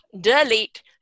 Delete